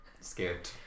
scared